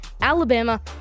Alabama